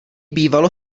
bývalo